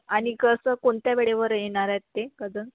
आणि कसं कोणत्या वेळेवर येणार आहेत ते कजन्स